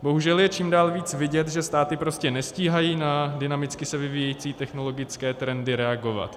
Bohužel je čím dál víc vidět, že státy prostě nestíhají na dynamicky se vyvíjející technologické trendy reagovat.